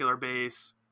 base